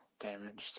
damaged